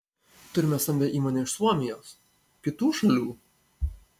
turime stambią įmonę iš suomijos kitų šalių